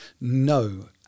No